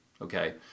okay